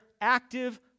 active